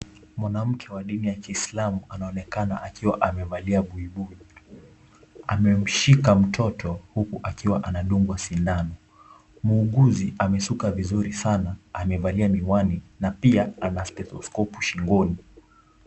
Mwanamke wa dini ya kiislamu anaonekana akiwa amevalia buibui, amemshika mtoto, huku akiwa anadungwa sindano, muuguzi amesuka vizuri sana na amevalia miwani na pia ana stereoscope shingoni.